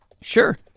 Sure